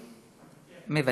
מוותר,